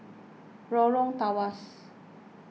Lorong Tawas